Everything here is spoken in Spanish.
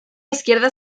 izquierda